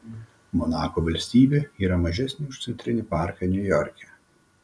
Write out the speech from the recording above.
monako valstybė yra mažesnė už centrinį parką niujorke